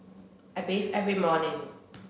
I bathe every morning